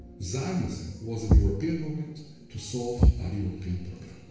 zionism was a european movement to solve ah a european problem.